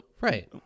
right